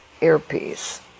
earpiece